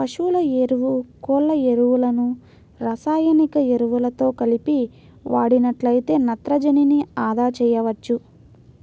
పశువుల ఎరువు, కోళ్ళ ఎరువులను రసాయనిక ఎరువులతో కలిపి వాడినట్లయితే నత్రజనిని అదా చేయవచ్చు